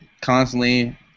constantly